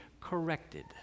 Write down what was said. corrected